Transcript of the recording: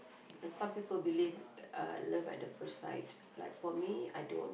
there's some people believe uh love at the first sight like for me I don't